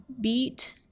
beat